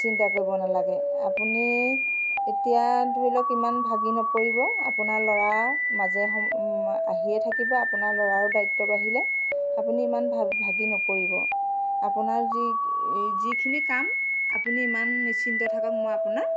চিন্তা কৰিব নালাগে আপুনি এতিয়া ধৰি লওক ইমান ভাগি নপৰিব আপোনাৰ ল'ৰা মাজে স আহিয়ে থাকিব আপোনাৰ ল'ৰাৰো দায়িত্ব বাঢ়িলে আপুনি ইমান ভাগি নপৰিব আপোনাৰ যি যিখিনি কাম আপুনি ইমান নিশ্চিন্ত থাকক মই আপোনাক